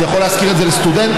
אתה יכול להשכיר את זה לסטודנטים,